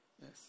Yes